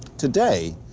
today,